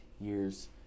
years